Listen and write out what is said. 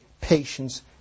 patience